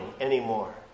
anymore